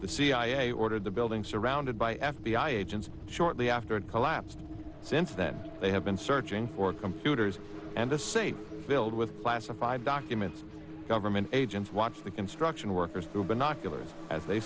the cia ordered the building surrounded by f b i agents shortly after it collapsed since that they have been searching for computers and a safe filled with classified documents government agents watch the construction workers through binoculars as they